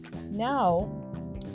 now